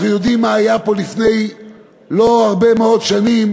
אנחנו יודעים מה היה פה לפני לא הרבה מאוד שנים.